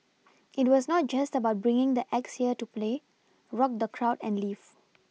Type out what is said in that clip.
it was not just about bringing the acts here to play rock the crowd and leave